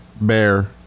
bear